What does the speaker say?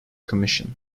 commission